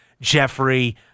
Jeffrey